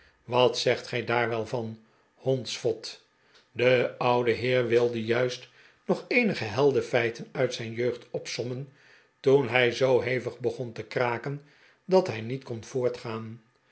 wat zegt gij daar wel van hondsvo t de oude heer wilde juist nog eenige heldenfeiten uit zijn jeugd opsommen toen hij zoo hevig'begon te kraken dat hij niet kon voortgaan